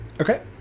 Okay